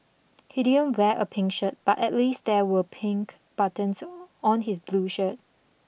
he didn't wear a pink shirt but at least there were pink buttons on his blue shirt